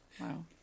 Wow